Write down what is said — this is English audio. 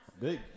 Big